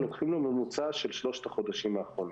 אבל לוקחים לו ממוצע של שלושת החודשים האחרונים.